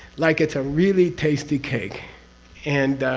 like it's a really tasty cake and.